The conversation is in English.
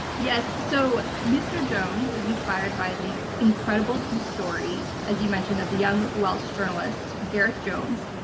yes. so mr. jones is inspired by the incredible true story, as you mentioned, of the young welsh journalist, gareth jones,